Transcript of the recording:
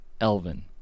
Elvin